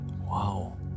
Wow